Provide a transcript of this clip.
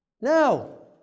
No